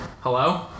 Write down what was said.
hello